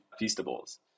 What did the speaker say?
Feastables